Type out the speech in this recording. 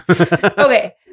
Okay